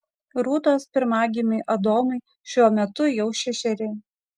rūtos pirmagimiui adomui šiuo metu jau šešeri